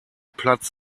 platz